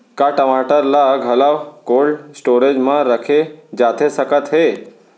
का टमाटर ला घलव कोल्ड स्टोरेज मा रखे जाथे सकत हे?